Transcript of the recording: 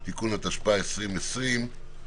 (תיקון), התשפ"א-2020.